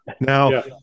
Now